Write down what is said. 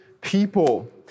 people